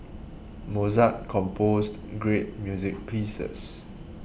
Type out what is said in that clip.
Mozart composed great music pieces